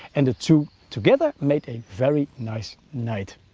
and the two together made a very nice night.